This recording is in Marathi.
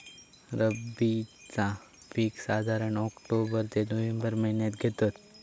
रब्बीचा पीक साधारण ऑक्टोबर ते नोव्हेंबर महिन्यात घेतत